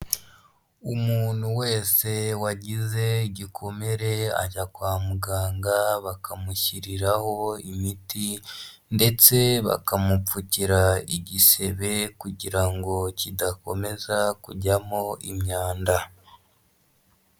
Umuntu wese wagize igikomere ajya kwa muganga bakamushyiriraho imiti ndetse bakamupfukira igisebe kugira ngo kidakomeza kujyamo imyanda.